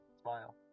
Smile